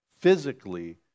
physically